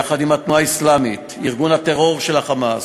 יחד עם התנועה האסלאמית וארגון הטרור של ה"חמאס",